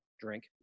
drink